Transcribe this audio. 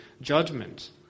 judgment